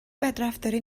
بدرفتاری